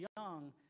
young